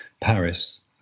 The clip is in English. Paris